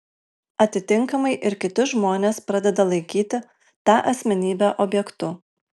atitinkamai ir kiti žmonės pradeda laikyti tą asmenybę objektu